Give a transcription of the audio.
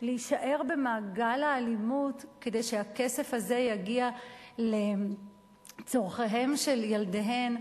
להישאר במעגל האלימות כדי שהכסף הזה יגיע לצורכיהם של ילדיהן,